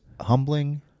humbling